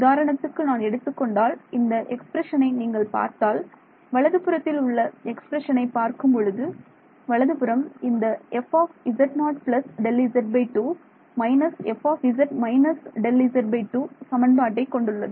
உதாரணத்துக்கு நான் எடுத்துக்கொண்டால் இந்த எக்ஸ்பிரஷன் ஐ நீங்கள் பார்த்தால் வலதுபுறத்தில் உள்ள எக்ஸ்பிரஷன் ஐ பார்க்கும் பொழுது வலதுபுறம் இந்த fz0 Δz2 − fz − Δz2 சமன்பாட்டை கொண்டுள்ளது